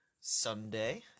Sunday